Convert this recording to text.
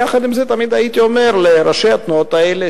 יחד עם זאת, תמיד הייתי אומר לראשי התנועות האלה